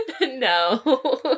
No